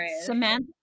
Samantha